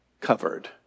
covered